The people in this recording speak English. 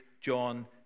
John